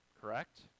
correct